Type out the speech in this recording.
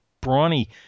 brawny